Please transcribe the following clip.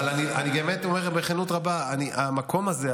אבל אני באמת אומר לכם בכנות רבה: המקום הזה,